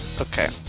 Okay